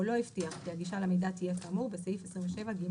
או לא הבטיח כי הגישה למידע תהיה כאמור בסעיף 27(ג)(3).